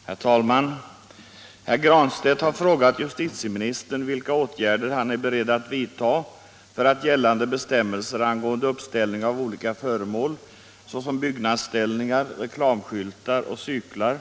förbud mot föremål på trottoarer och gångbanor Herr talman! Herr Granstedt har frågat justitieministern vilka åtgärder han är beredd att vidta för att gällande bestämmelser angående uppställning av olika föremål, såsom byggnadsställningar, reklamskyltar och cyklar,